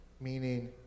meaning